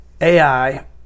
AI